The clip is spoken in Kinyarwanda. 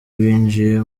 binjiye